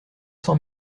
cent